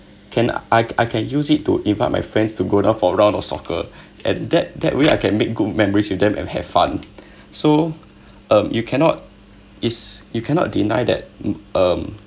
can I I can use it to invite my friends to go down for a round of soccer and that that way I can make good memories with them and have fun so um you cannot it's you cannot deny that um